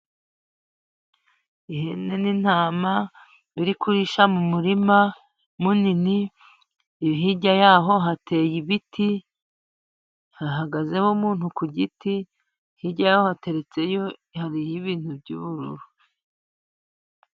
Ihene n'intama biri kurisha mu murima munini . Hirya y'aho hateye ibiti, hahagazeho umuntu ku giti, hirya y'aho hateretseyo haririyo ibintu by'ubururu.